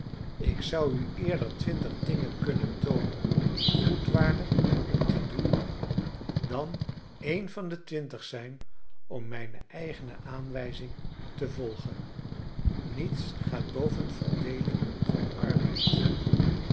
ik zou u eerder twintig dingen kunnen toonen die goed waren om te doen dan een van de twintig zijn om mijne eigene aanwijzing te volgen niets gaat boven verdeeling van arbeid